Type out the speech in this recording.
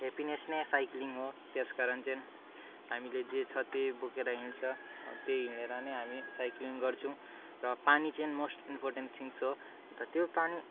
happiness नै cycling हो त्यस कारण चाहिँ हामीले जे छ त्यही बोकेर हिँड्छ त्यही हिँडेर नै हामी साइक्लिङ गर्छौँ र पानी चाहिँ मोस्ट इम्पोर्टेन्ट थिङ्स हो अन्त त्यो पानी